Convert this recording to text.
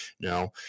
Now